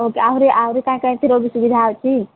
ହଉ ଆହୁରି ଆହୁରି କାଏଁ କାଏଁ ଥିରର୍ ସୁବିଧା ଅଛି